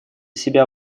себя